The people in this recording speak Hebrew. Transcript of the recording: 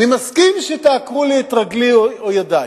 אני מסכים שתעקרו לי את רגלי או ידי,